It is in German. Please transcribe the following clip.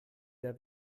der